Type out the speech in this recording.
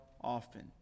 often